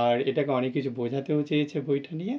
আর এটাকে অনেক কিছু বোঝাতেও চেয়েছে বইটা নিয়ে